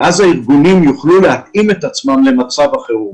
אז הארגונים יוכלו להתאים את עצמם למצב החירום.